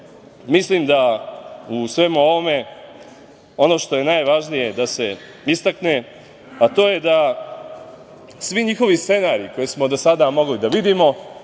mislim da u svemu ovome ono što je najvažnije da se istakne, a to je da svi njihovi scenariji koje smo do sada mogli da vidimo,